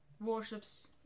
warships